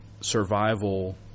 survival